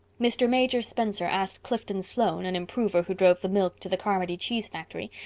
mr. major spencer asked clifton sloane, an improver who drove the milk to the carmody cheese factory,